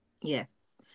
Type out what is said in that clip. Yes